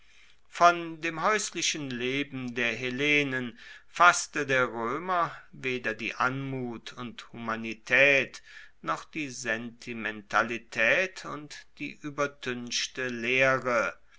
von dem haeuslichen leben der hellenen fasste der roemer weder die anmut und humanitaet noch die sentimentalitaet und die uebertuenchte leere